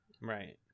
Right